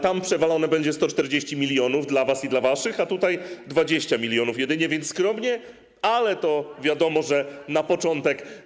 Tam przewalone będzie 140 mln dla was i dla waszych, a tutaj 20 mln jedynie, więc skromnie, ale wiadomo, że to na początek.